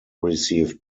received